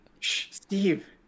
Steve